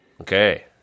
Okay